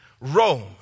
rome